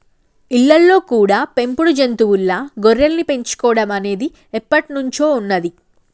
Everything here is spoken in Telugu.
ఇళ్ళల్లో కూడా పెంపుడు జంతువుల్లా గొర్రెల్ని పెంచుకోడం అనేది ఎప్పట్నుంచో ఉన్నది